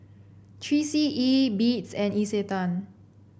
Three C E Beats and Isetan